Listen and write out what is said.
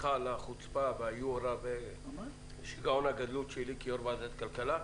סליחה על החוצפה והיוהרה ושגעון הגדלות שלי כיו"ר ועדת הכלכלה,